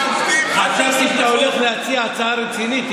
חשבתי שאתה הולך להציע הצעה רצינית,